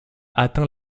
atteint